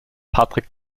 patrick